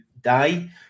die